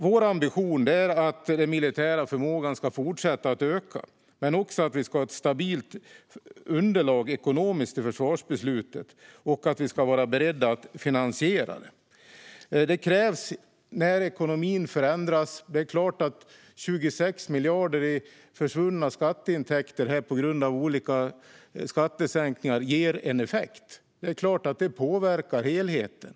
Vår ambition är att den militära förmågan ska fortsätta att öka men också att vi ska ha ett stabilt ekonomiskt underlag i försvarsbeslutet och att vi ska vara beredda att finansiera det. När ekonomin förändras, till exempel med 26 miljarder i försvunna skatteintäkter på grund av olika skattesänkningar, ger det en effekt. Det påverkar såklart helheten.